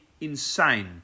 insane